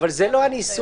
אבל זה לא הניסוח.